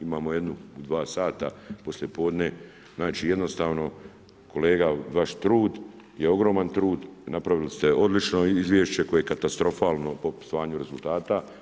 Imamo jedno 2 sata poslijepodne, znači jednostavno kolega, vaš trud je ogroman trud i napravili ste odlično izvješće koje je katastrofalno po stanju rezultata.